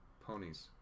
Ponies